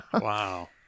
Wow